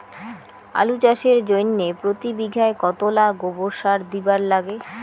আলু চাষের জইন্যে প্রতি বিঘায় কতোলা গোবর সার দিবার লাগে?